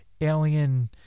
alien